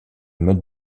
mode